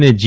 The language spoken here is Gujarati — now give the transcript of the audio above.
અને જી